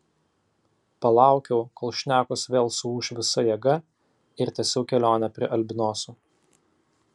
palaukiau kol šnekos vėl suūš visa jėga ir tęsiau kelionę prie albinoso